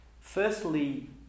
Firstly